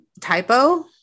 typo